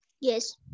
Yes